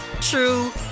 true